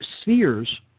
spheres